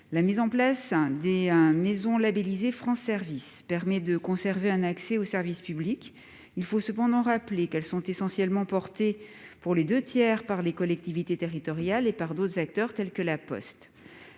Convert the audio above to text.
La création des maisons labellisées France Services permet de conserver un accès aux services publics. Il faut cependant rappeler que ces structures sont essentiellement portées, aux deux tiers, par les collectivités territoriales et par d'autres acteurs tels que La Poste.